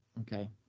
okay